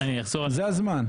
זה הזמן.